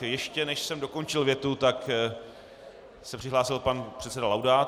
Ještě než jsem dokončil větu, tak se přihlásil pan předseda Laudát.